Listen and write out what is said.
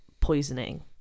poisoning